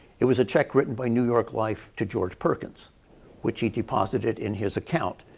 it was a check written by new york life to george perkins which he deposited in his account.